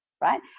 right